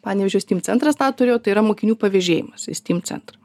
panevėžio steam centras tą turėjo tai yra mokinių pavežėjimas į steam centrą